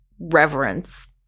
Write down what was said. reverence